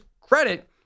credit